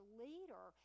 leader